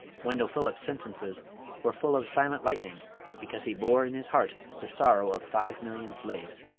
wendell phillips' sentences were full of silent lightning because he bore in his heart the sorrow of five million slaves.